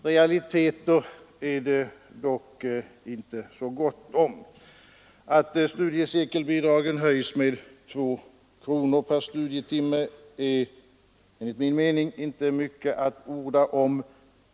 Realiteter är det dock inte så gott om. Att studiecirkelbidragen höjs med två kronor per studietimme är enligt min uppfattning inte mycket att orda om.